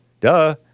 Duh